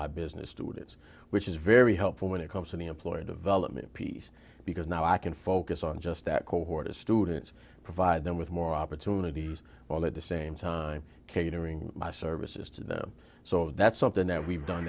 my business students which is very helpful when it comes to the employee development piece because now i can focus on just that cohort of students provide them with more opportunities while at the same time catering services to them so that's something that we've done